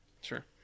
Sure